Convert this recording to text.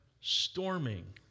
storming